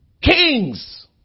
Kings